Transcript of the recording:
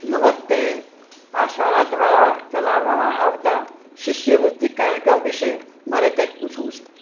નમસ્તે આ શાળા દ્વારા ચલાવવામાં આવતા શિષ્યવૃત્તિ કાર્યક્રમ વિશે મારે કંઈક પૂછવું છે